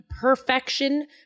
perfection